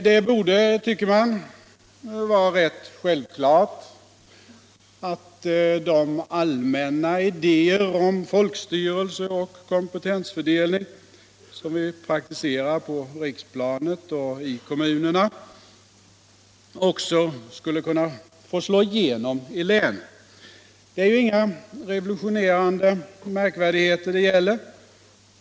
Det borde, tycker man, vara rätt självklart att de allmänna idéer om folkstyrelse och kompetensfördelning, som vi praktiserar på riksplanet och i kommunerna, också skulle kunna få slå igenom i länen. Det är ju inga revolutionerande märkvärdigheter det gäller.